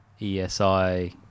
ESI